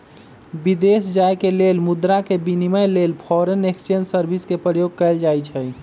विदेश जाय के लेल मुद्रा के विनिमय लेल फॉरेन एक्सचेंज सर्विस के प्रयोग कएल जाइ छइ